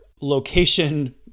location